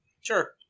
sure